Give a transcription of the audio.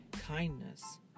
kindness